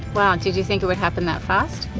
wow, did you think it would happen that fast?